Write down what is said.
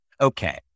okay